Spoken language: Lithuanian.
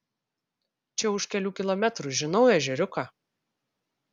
čia už kelių kilometrų žinau ežeriuką